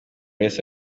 wese